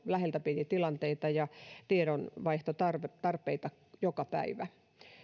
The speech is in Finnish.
läheltä piti tilanteita ja tiedonvaihtotarpeita meillä on joka päivä